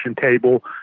table